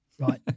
right